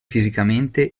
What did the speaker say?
fisicamente